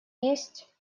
есть